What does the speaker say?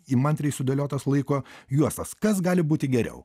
įmantriai sudėliotas laiko juostas kas gali būti geriau